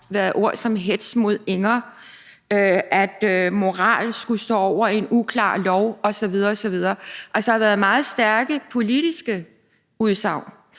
været ord som hetz mod Inger, at moral skulle stå over en uklar lov osv. osv. Der har været meget stærke politiske udsagn,